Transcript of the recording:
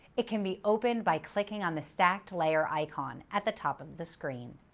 it can be opened by clicking on the stacked-layer icon at the top of the screen.